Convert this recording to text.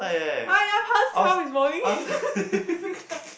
!aiya! punch charm this morning